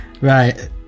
Right